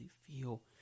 feel